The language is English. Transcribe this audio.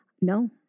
No